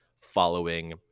following